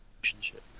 relationship